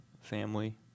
family